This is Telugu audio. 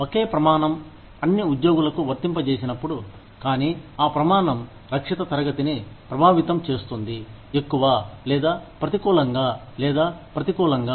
ఒకే ప్రమాణం అన్ని ఉద్యోగులకు వర్తింపజేసినప్పుడు కానీ ఆ ప్రమాణం రక్షిత తరగతిని ప్రభావితం చేస్తుంది ఎక్కువ లేదా ప్రతికూలంగా లేదా ప్రతికూలంగా